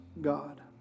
God